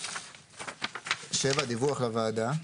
7. דיווח לוועדה.